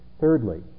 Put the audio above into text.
Thirdly